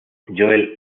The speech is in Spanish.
joel